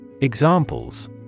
Examples